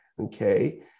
okay